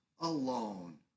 alone